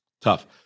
Tough